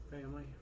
Family